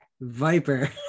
Viper